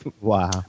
wow